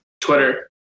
Twitter